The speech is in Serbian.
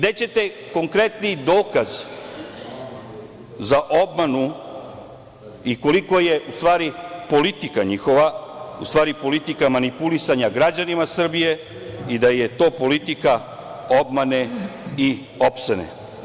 Gde ćete konkretniji dokaz za obmanu i koliko je, u stvari, politika njihova u stvari politika manipulisanja građanima Srbije i da je to politika obmane i opsene?